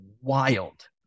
wild